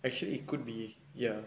actually it could be ya